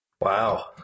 Wow